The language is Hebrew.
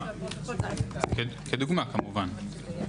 כדוגמה כמובן.